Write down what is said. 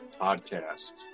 podcast